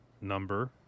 number